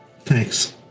Thanks